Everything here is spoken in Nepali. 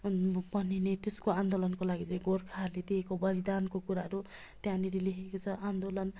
बनिने त्यसको आन्दोलनको लागि चाहिँ गोर्खाहरूले दिएको बलिदानको कुराहरू त्यहाँनेरि लेखेको छ आन्दोलन